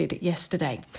yesterday